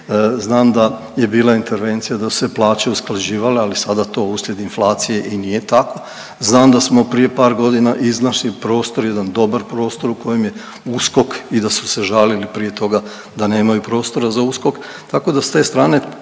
znam da je bila intervencija da su se plaće usklađivale, ali sada to uslijed inflacije i nije tako. Znam da smo prije par godina iznašli prostor, jedan dobar prostor u kojem je USKOK i da su se žalili prije toga da nemaju prostora za USKOK,